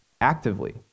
actively